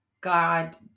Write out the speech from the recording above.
God